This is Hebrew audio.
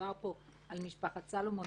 דובר פה על משפחת סולומון,